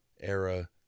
era